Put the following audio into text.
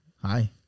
hi